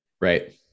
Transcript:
Right